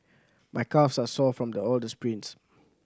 my calves are sore from the all the sprints